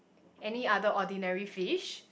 any other ordinary fish